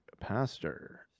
pastor